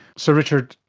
so richard,